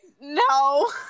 No